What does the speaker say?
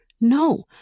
No